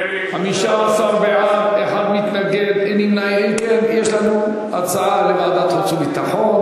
נדמה לי, ההצעה להעביר את הנושא לוועדה שתקבע